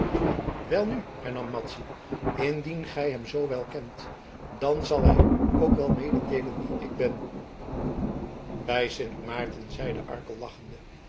welnu hernam madzy indien gij hem zoowel kent dan zal hij u ook wel mededeelen wie ik ben bij sint maarten zeide arkel lachende